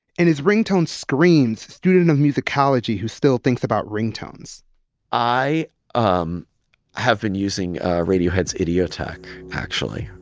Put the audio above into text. and his ringtone screams student of musicology who still thinks about ringtones i um have been using radiohead's idioteque, actually,